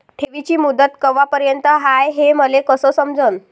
ठेवीची मुदत कवापर्यंत हाय हे मले कस समजन?